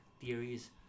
theories